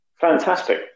Fantastic